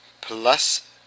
plus